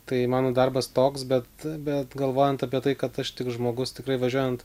tai mano darbas toks bet bet galvojant apie tai kad aš tik žmogus tikrai važiuojant